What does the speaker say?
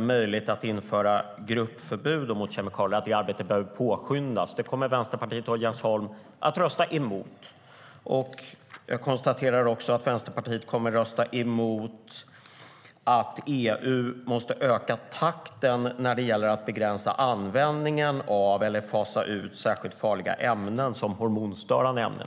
med att införa gruppförbud mot kemikalier ska påskyndas. Det kommer Vänsterpartiet och Jens Holm att rösta emot. Jag konstaterar också att Vänsterpartiet kommer att rösta emot att EU måste öka takten när det gäller att begränsa användningen av eller fasa ut särskilt farliga ämnen, som hormonstörande ämnen.